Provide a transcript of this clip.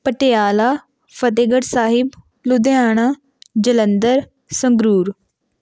Patiala Fatehgarh Sahib Ludhiana Jalandhar Sangrur